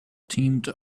teamed